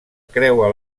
creua